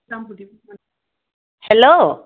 hello